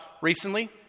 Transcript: recently